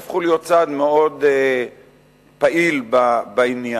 שהפכו להיות צד מאוד פעיל בעניין,